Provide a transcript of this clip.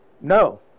no